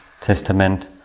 Testament